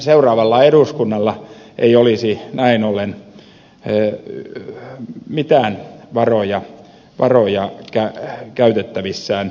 seuraavalla eduskunnalla ei olisi näin ollen mitään varoja käytettävissään